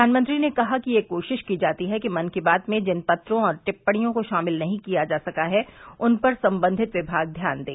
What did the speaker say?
प्रधानमंत्री ने कहा कि यह कोशिश की जाती है कि मन की बात में जिन पत्रों और टिपणियों को शामिल नहीं किया जा सका है उन पर संबंधित विभाग ध्यान दें